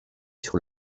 sur